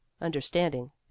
Understanding